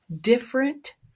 Different